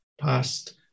past